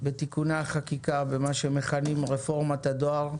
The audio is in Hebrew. בתיקוני החקיקה במה שמכנים רפורמת הדואר,